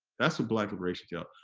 that's what black liberation yeah